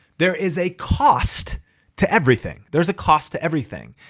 there is a cost to everything. there's a cost to everything.